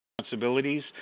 responsibilities